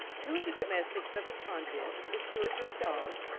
two of the domestics of the convent, with two or three dogs,